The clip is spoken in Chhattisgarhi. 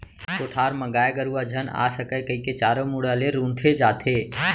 कोठार म गाय गरूवा झन आ सकय कइके चारों मुड़ा ले रूंथे जाथे